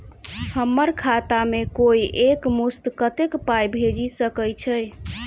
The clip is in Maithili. हम्मर खाता मे कोइ एक मुस्त कत्तेक पाई भेजि सकय छई?